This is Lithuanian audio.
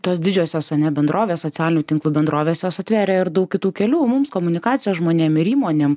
tos didžiosios ane bendrovės socialinių tinklų bendrovės jos atvėrė ir daug kitų kelių mums komunikacijos žmonėm ir įmonėm